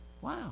wow